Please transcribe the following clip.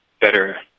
better